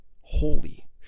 holy